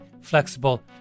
flexible